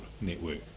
network